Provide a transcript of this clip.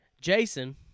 Jason